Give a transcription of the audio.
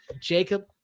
Jacob